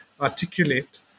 articulate